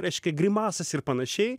reiškia grimasas ir panašiai